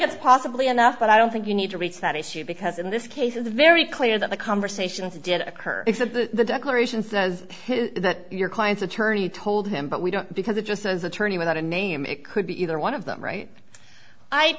it's possibly enough but i don't think you need to reach that issue because in this case is a very clear that the conversations did occur if the declaration says that your client's attorney told him but we don't because it just says attorney without a name it could be either one of them right i